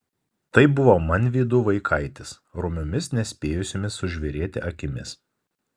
tai buvo manvydų vaikaitis romiomis nespėjusiomis sužvėrėti akimis